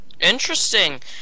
Interesting